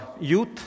youth